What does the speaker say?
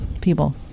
people